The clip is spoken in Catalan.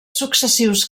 successius